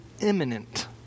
imminent